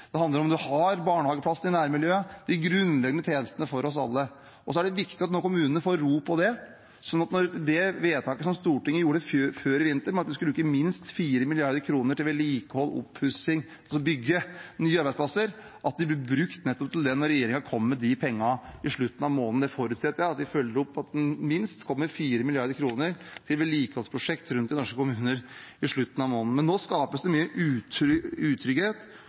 det handler om hvorvidt man har barnehageplass i nærmiljøet – de grunnleggende tjenestene for oss alle. Det er viktig at kommunene nå får ro, og at det vedtaket som Stortinget gjorde før i vinter om å bruke minst 4 mrd. kr til vedlikehold og oppussing – altså bygge nye arbeidsplasser – blir fulgt opp, og at pengene blir brukt nettopp til det når regjeringen kommer med dem i slutten av måneden. Det forutsetter jeg at de følger opp – at det altså minst kommer 4 mrd. kr til vedlikeholdsprosjekter rundt i norske kommuner i slutten av måneden. Men nå skapes det mye utrygghet